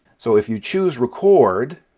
so, if you choose record